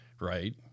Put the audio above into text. right